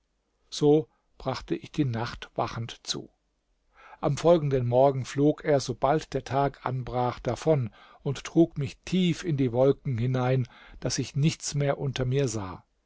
so brachte ich die nacht wachend zu am folgenden morgen flog er sobald der tag anbrach davon und trug mich tief in die wolken hinein daß ich nichts mehr unter mir sah